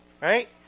right